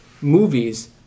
Movies